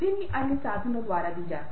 अब स्थान और क्षेत्र की अवधारणा है